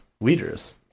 Leaders